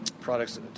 products